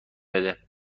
بده